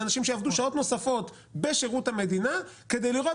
זה אנשים שיעבדו שעות נוספות בשרות המדינה כדי לראות